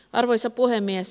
arvoisa puhemies